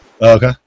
Okay